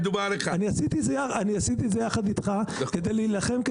אני עשיתי את זה יחד איתך כדי להילחם,